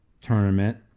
tournament